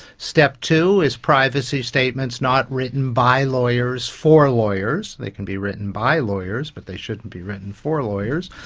step two is privacy statements not written by lawyers for lawyers, they can be written by lawyers but they shouldn't be written for lawyers.